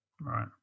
Right